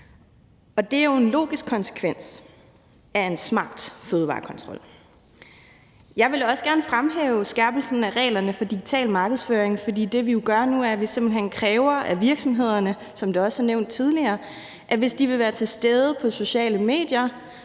det er jo en logisk konsekvens af en smart fødevarekontrol. Jeg vil også gerne fremhæve skærpelsen af reglerne for digital markedsføring. For det, vi jo gør nu, er, at vi simpelt hen kræver af virksomhederne, som det også er nævnt tidligere, at hvis de vil være til stede på sociale medier,